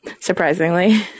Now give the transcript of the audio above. surprisingly